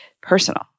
personal